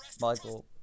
Michael